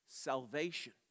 Salvation